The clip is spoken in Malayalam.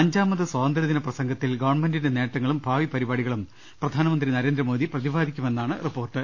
അഞ്ചാമത് സ്വാത ന്ത്ര്യദിന പ്രസംഗത്തിൽ ഗവൺമെന്റിന്റെ നേട്ടങ്ങളും ഭാവി പരിപാടികളും പ്രധാനമന്ത്രി പ്രതിപാദിക്കുമെന്നാണ് റിപ്പോർട്ട്